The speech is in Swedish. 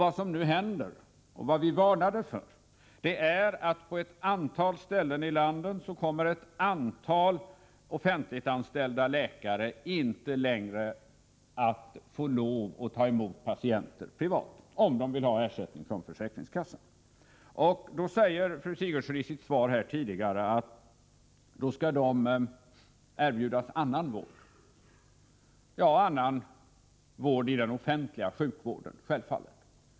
Vad som nu händer, och vad vi varnade för, är att ett antal offentliganställda läkare på ett antal ställen i landet inte längre kommer att få lov att ta emot patienter privat, om de vill ha ersättning från försäkringskassan. Fru Sigurdsen säger i sitt svar att dessa läkare skall erbjudas andra vårduppgifter inom den offentliga sjukvården.